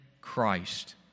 Christ